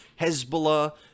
Hezbollah